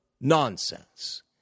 Nonsense